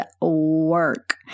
work